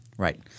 Right